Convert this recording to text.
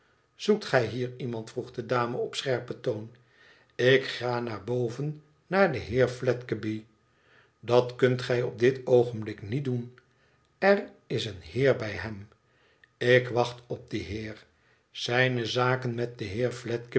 zoekt gij hier iemand vroeg de dame op scherpen toon ik ga naar boven naar den heer fledgeby dat kunt gij op dit oogenblik niet doen r is een heer bij hem ik acht op dien heer zijne zaken met den